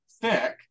thick